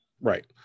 right